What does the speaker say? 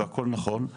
הכל נכון,